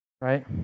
right